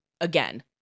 again